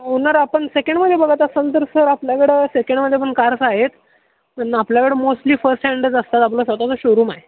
owner आपण सेकेंडमध्ये बघत असाल तर सर आपल्याकडं सेकंडमध्ये पण कार्स आहेत पण आपल्याकडं मोस्टली फर्स्ट हॅन्डच असतात आपलं स्वतःचं शोरूम आहे